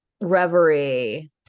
reverie